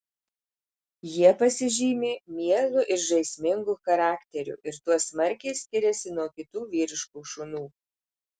jie pasižymi mielu ir žaismingu charakteriu ir tuo smarkiai skiriasi nuo kitų vyriškų šunų